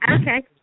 Okay